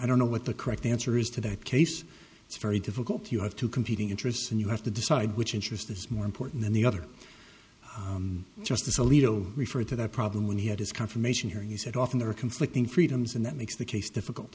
i don't know what the correct answer is to that case it's very difficult you have two competing interests and you have to decide which interest is more important than the other justice alito referred to the problem when he had his confirmation hearing he said often there are conflicting freedoms and that makes the case difficult